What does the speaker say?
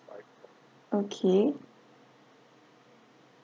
okay